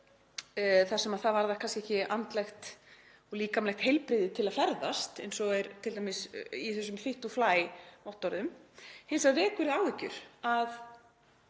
þar sem það varðar kannski ekki andlegt og líkamlegt heilbrigði til að ferðast eins og er t.d. í þessum „fit to fly“-vottorðum. Hins vegar vekur það áhyggjur að